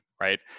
right